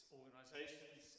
organisations